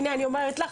הנה, אני אומרת לך.